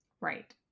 Right